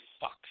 fuck